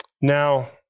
Now